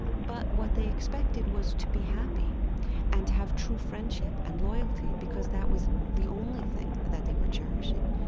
but what they expected was to be happy and to have true friendship and loyalty, because that was the only thing that they were cherishing.